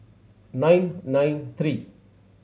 nine nine three